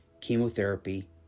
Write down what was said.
chemotherapy